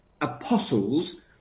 apostles